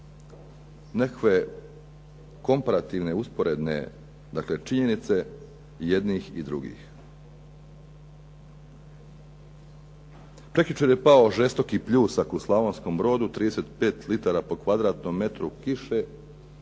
nekakve komparativne usporedne činjenice jednih i drugih. Prekjučer je pao žestoki pljusak u Slavonskom Brodu 35 litara po kvadratnom metru kiše